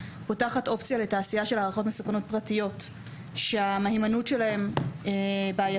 פותחת אופציה לתעשייה של הערכות מסוכנות פרטיות שהמהימנות שלהן בעייתית.